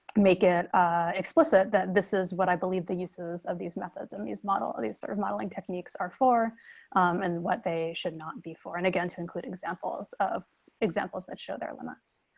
make it explicit that this is what i believe the uses of these methods and these model of these sort of modeling techniques are for and what they should not be for and again to include examples of examples that show their limits.